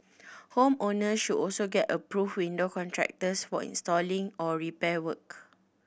home owners should also get approved window contractors for installation or repair work